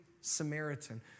Samaritan